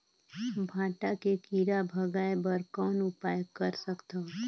भांटा के कीरा भगाय बर कौन उपाय कर सकथव?